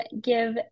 give